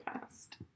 fast